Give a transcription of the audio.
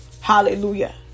hallelujah